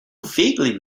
vaguely